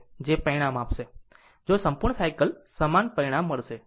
જે પરિણામ મળશે જો સંપૂર્ણ સાયકલ સમાન પરિણામ મળશે